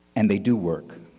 and they do work.